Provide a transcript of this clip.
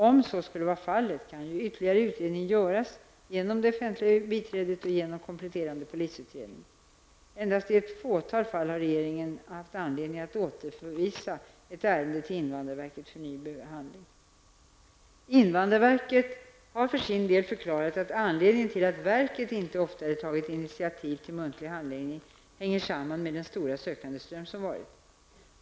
Om så skulle vara fallet kan ytterligare utredning göras genom det offentliga biträdet och genom kompletterande polisutredning. Endast i ett fåtal fall har regeringen haft anledning att återförvisa ett ärende till invandrarverket för ny behandling. Invandrarverket har för sin del förklarat att anledningen till att verket inte oftare tagit initiativ till muntlig handläggning hänger samman med den stora sökandeström som varit.